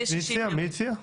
הצעתי